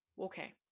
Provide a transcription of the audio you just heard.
okay